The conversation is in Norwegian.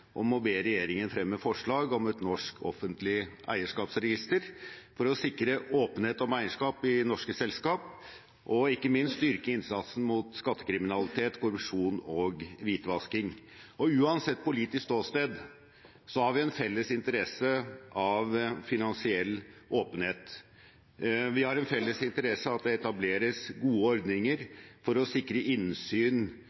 om å be regjeringen fremme forslag om et norsk offentlig eierskapsregister for å sikre åpenhet om eierskap i norske selskap og – ikke minst – styrke innsatsen mot skattekriminalitet, korrupsjon og hvitvasking. Uansett politisk ståsted har vi en felles interesse av finansiell åpenhet. Vi har en felles interesse av at det etableres gode ordninger for å sikre innsyn